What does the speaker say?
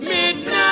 Midnight